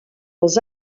els